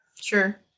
Sure